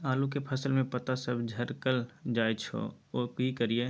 आलू के फसल में पता सब झरकल जाय छै यो की करियैई?